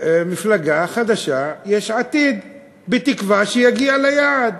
מפלגה חדשה, יש עתיד, בתקווה שיגיע ליעד.